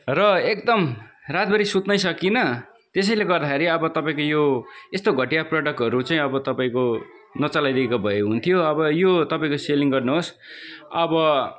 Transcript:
र एकदम रातभरि सुत्नै सकिनँ त्यसैले गर्दाखेरि अब तपाईँको यो यस्तो घटिया प्रोडक्टहरू चाहिँ अब तपाईँको नचलाइदिएको भए हुन्थ्यो अब यो तपाईँको सेलिङ गर्नु होस् अब